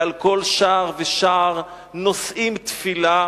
ועל כל שער ושער נושאים תפילה,